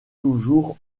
toujours